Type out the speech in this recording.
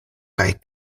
kaj